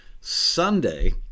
Sunday